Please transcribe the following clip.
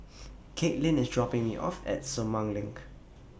Katelynn IS dropping Me off At Sumang LINK